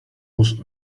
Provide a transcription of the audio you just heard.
was